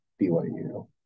BYU